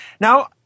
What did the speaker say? Now